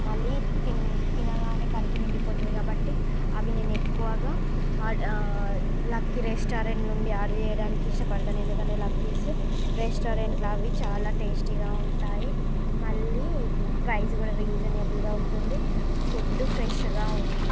మళ్ళీ తిన తినగానే కడుపు నిండిపోతుంది కాబట్టి అవి నేను ఎక్కువగా లక్కీ రెస్టారెంట్ నుండి ఆర్డర్ చేయడానికి ఇష్టపడతాను ఎందుకంటే లక్కీస్ రెస్టారెంట్లో అవి చాలా టేస్టీగా ఉంటాయి మళ్ళీ ప్రైస్ కూడా రీజనబుల్గా ఉంటుంది ఫుడ్ ఫ్రెష్గా ఉం